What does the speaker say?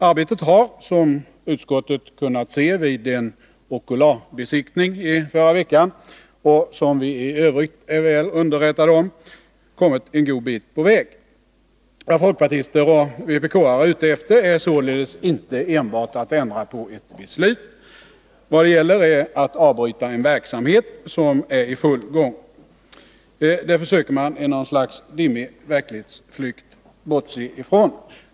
Arbetet har — som utskottet kunnat se vid en okularbesiktning i m.m. förra veckan och som vi i övrigt är väl underrättade om — kommit en god bit på väg. Vad folkpartister och vpk-are är ute efter är således inte enbart att ändra på ett beslut, utan vad det gäller är att avbryta en verksamhet som är i full gång. Det försöker man, i något slags dimmig verklighetsflykt, bortse ifrån.